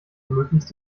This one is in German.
möglichst